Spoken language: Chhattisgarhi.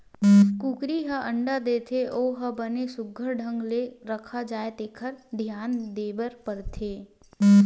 कुकरी ह अंडा देथे ओ ह बने सुग्घर ढंग ले रखा जाए तेखर धियान देबर परथे